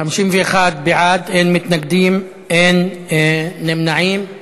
51 בעד, אין מתנגדים, אין נמנעים.